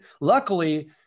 Luckily